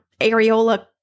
areola